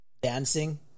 Dancing